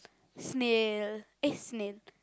snail eh snail